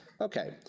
okay